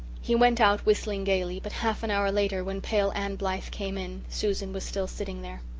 he went out whistling gaily but half an hour later, when pale anne blythe came in, susan was still sitting there.